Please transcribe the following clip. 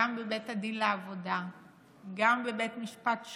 גם בבית הדין לעבודה, גם בבית משפט שלום,